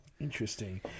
Interesting